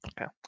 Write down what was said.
Okay